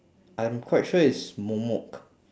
I'm quite sure it's momok